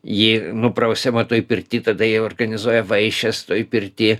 ji nuprausiama toj pirty tada jie organizuoja vaišes toj pirty